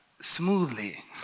smoothly